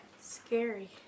Scary